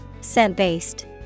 Scent-based